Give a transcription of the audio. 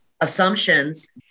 assumptions